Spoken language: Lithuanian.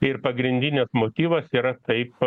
ir pagrindinis motyvas yra taip